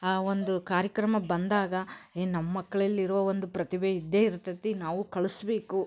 ಆ ಒಂದು ಕಾರ್ಯಕ್ರಮ ಬಂದಾಗ ಏನು ನಮ್ಮ ಮಕ್ಳಲ್ಲಿರೋ ಒಂದು ಪ್ರತಿಭೆ ಇದ್ದೇ ಇರ್ತೈತಿ ನಾವೂ ಕಳಿಸ್ಬೇಕು